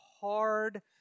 hard